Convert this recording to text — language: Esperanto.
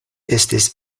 estis